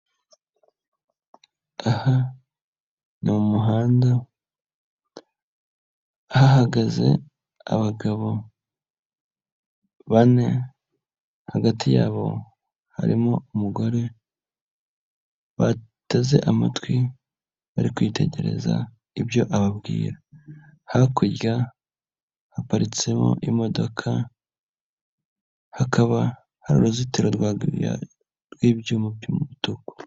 Aha ni mu muhanda hahagaze abagabo bane hagati yabo harimo umugore bateze amatwi bari kwitegereza ibyo ababwira, hakurya haparitsemo imodoka, hakaba hari uruzitiro rwa rwa giriyaje n'ibyuma by'umutuku.